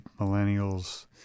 Millennials